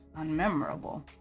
unmemorable